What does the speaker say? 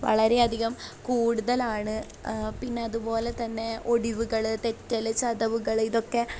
വളരെയധികം കൂടുതലാണ് പിന്നെ അതുപോലെതന്നെ ഒടിവുകൾ തെറ്റൽ ചതവുകൾ ഇതൊക്കെ